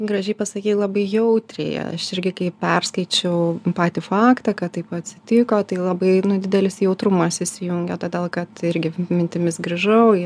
gražiai pasakei labai jautriai aš irgi kai perskaičiau patį faktą kad taip atsitiko tai labai didelis jautrumas įsijungė todėl kad irgi mintimis grįžau į